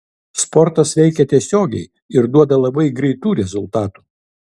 sportas veikia tiesiogiai ir duoda labai greitų rezultatų